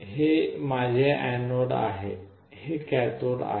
हे माझे एनोड आहे हे कॅथोड आहे